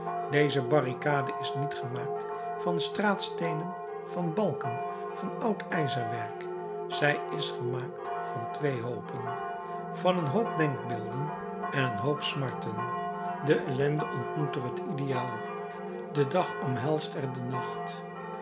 deze barricade is niet gemaakt van straatsteenen van balken van oud ijzerwerk zij is gemaakt van twee hoopen van een hoop denkbeelden en een hoop smarten de ellende ontmoet er het ideaal de dag omhelst er den nacht